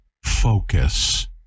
Focus